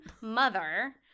mother